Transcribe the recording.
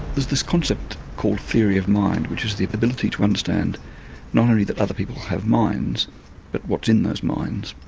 there's this concept called theory of mind which is the ability to understand not only that other people have minds but what's in those minds.